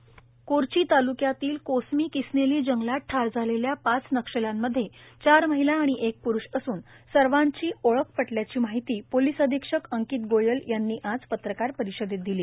नक्षली ठार कोरची तालुक्यातील कोसमी किसनेली जंगलात ठार झालेल्या पाच नक्षल्यांमध्ये चार महिला आणि एक प्रुष असून सर्वांची ओळख पटल्याची माहिती पोलीस अधीक्षक अंकित गोयल यांनी आज पत्रकार परिषदेत दिली